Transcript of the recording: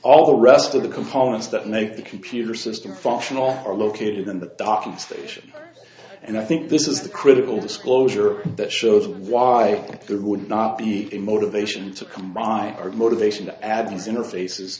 all the rest of the components that make the computer system functional are located in the docking station and i think this is the critical disclosure that shows why there would not be a motivation to come by or motivation to add these interfaces